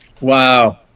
Wow